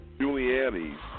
Giuliani's